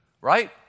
right